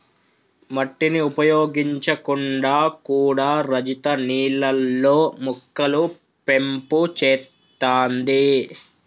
మట్టిని ఉపయోగించకుండా కూడా రజిత నీళ్లల్లో మొక్కలు పెంపు చేత్తాంది